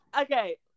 okay